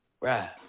Right